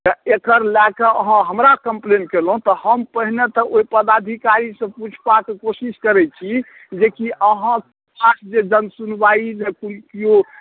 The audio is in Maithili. तऽ एकर लऽ कऽ अहाँ हमरा कम्प्लेन कएलहुँ तऽ हम पहिने तऽ ओहि पदाधिकारीसँ पूछताछ कोशिश करै छी जेकि अहाँ जनसुनवाइलए किओ